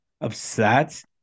upset